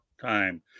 time